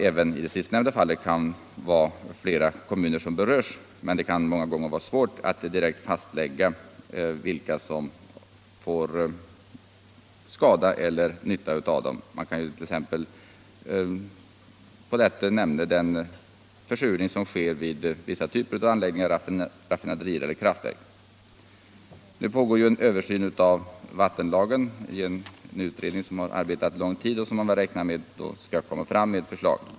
Även i det sistnämnda fallet kan naturligtvis många kommuner beröras, men det är ofta svårt att direkt fastlägga vilka som åsamkas skada och vilka som får nytta av anläggningarna. Som exempel kan nämnas den försurning som sker vid vissa typer av anläggningar — raffinaderier eller kraftverk. En översyn av vattenlagen pågår. En utredning har arbetat härmed under en lång tid, och man räknar med att den snart lägger fram ett förslag.